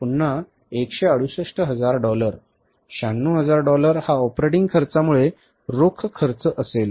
पुन्हा 168 हजार डॉलर 96 हजार डॉलर हा ऑपरेटिंग खर्चामुळे रोख खर्च असेल